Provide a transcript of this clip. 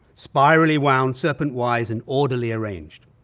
spirally wound serpent wise and orderly arranged.